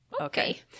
Okay